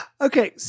Okay